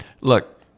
look